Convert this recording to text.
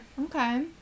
Okay